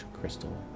crystal